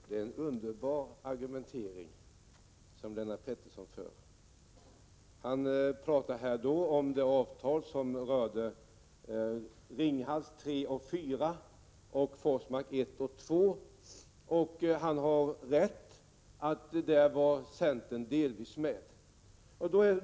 Herr talman! Det är en underbar argumentering som Lennart Pettersson 18 mars 1987 för. Han talade först om det avtal som rörde Ringhals 3 och 4 och Forsmark 1 och 2 — han har rätt i att centern delvis var med på det.